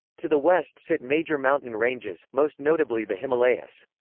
to the west sit major mountain ranges, most notably the himalayas.